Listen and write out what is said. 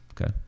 Okay